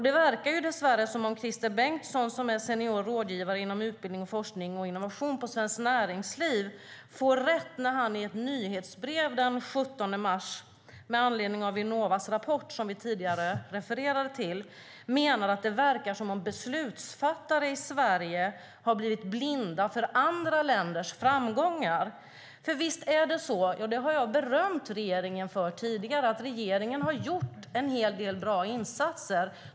Det verkar dess värre som om Christer Bengtsson, som är senior rådgivare inom utbildning, forskning och innovation vid Svenskt Näringsliv, får rätt när han i ett nyhetsbrev den 17 mars med anledning av Vinnovas rapport, som vi tidigare refererade till, menar att det verkar som om beslutsfattare i Sverige blivit blinda för andra länders framgångar. Visst är det så att regeringen gjort en hel del bra insatser, och det har jag berömt regeringen för.